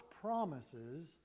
promises